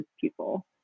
people